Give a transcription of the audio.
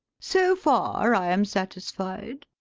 so far i am satisfied.